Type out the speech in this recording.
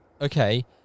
Okay